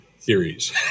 theories